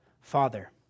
Father